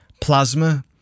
Plasma